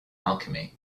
alchemy